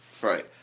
Right